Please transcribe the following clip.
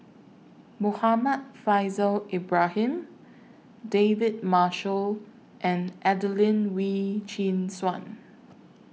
Muhammad Faishal Ibrahim David Marshall and Adelene Wee Chin Suan